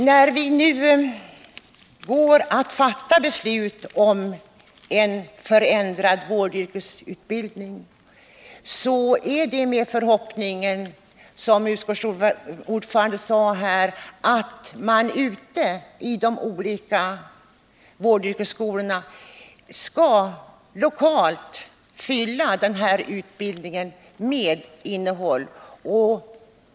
När vi nu går att fatta beslut om en förändrad vårdyrkesutbildning gör vi det med förhoppningen att man, som utskottsordföranden sade här, ute i de olika vårdyrkesskolorna lokalt skall fylla denna utbildning med innehåll.